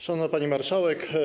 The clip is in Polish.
Szanowna Pani Marszałek!